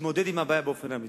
להתמודד עם הבעיה באופן אמיתי.